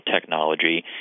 technology